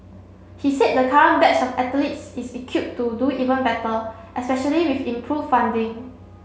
he said the current batch of athletes is equipped to do even better especially with improved funding